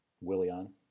Willian